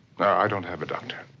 i don't have a doctor.